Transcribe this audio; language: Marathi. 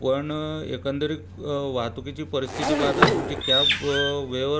पण एकंदरीत वाहतुकीची परिस्थिती पाहता तुमची कॅब वेळेवर